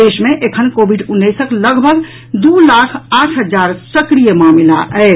देश मे एखन कोविड उन्नैसक लगभग दू लाख आठ हजार सक्रिय मामिला अछि